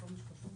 כל מה שקשור לזה.